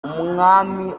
umwami